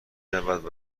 رود